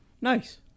Nice